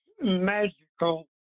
magical